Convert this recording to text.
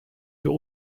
für